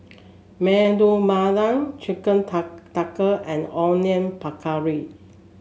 Medu Chicken Tikka and Onion Pakora